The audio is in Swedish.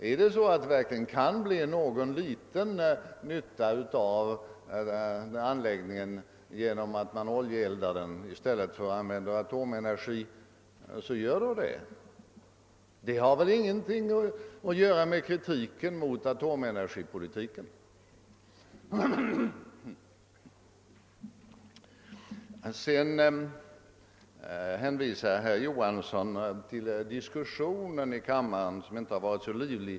Om det verkligen kan bli någon liten nytta av anläggningen genom att man övergår till att driva den med oljeeldning i stället för med atomenergi, bör man göra det. Det har väl inget att skaffa med kritiken mot atomenergipolitiken. Vidare hänvisar herr Johansson till att diskussionen tidigare i denna kammare av Marvikenprojektet inte har varit så livlig.